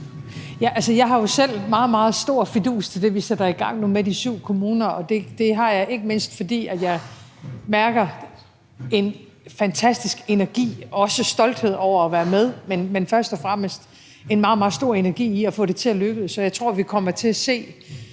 Jeg har jo selv meget, meget stor fidus til det, vi sætter i gang nu, med de syv kommuner, og det har jeg ikke mindst, fordi jeg mærker en fantastisk energi og også stolthed over at være med. Men først og fremmest er der en meget, meget stor energi i forhold til at få det til at lykkes, og jeg tror, vi kommer til at se